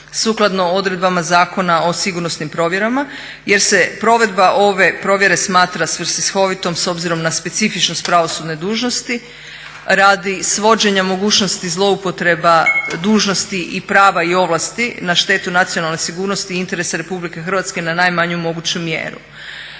sukladno odredbama Zakona o sigurnosnim provjerama jer se provedba ove provjere smatra svrsishovitom s obzirom na specifičnost pravosudne dužnosti radi svođenja mogućnosti zloupotreba dužnosti i prava i ovlasti na štetu nacionalne sigurnosti i interesa RH na najmanju moguću mjeru.